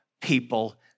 people